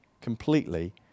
completely